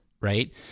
right